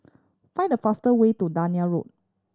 find the faster way to Dunearn Road